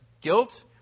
Guilt